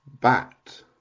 bat